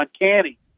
uncanny